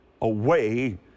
away